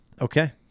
Okay